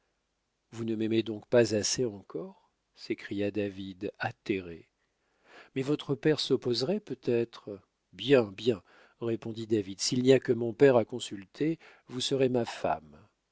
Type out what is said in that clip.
vous ne m'aimez donc pas assez encore s'écria david atterré mais votre père s'opposerait peut-être bien bien répondit david s'il n'y a que mon père à consulter vous serez ma femme